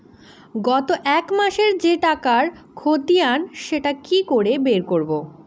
গত এক মাসের যে টাকার খতিয়ান সেটা কি করে বের করব?